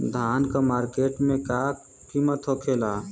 धान क मार्केट में का कीमत होखेला?